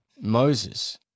Moses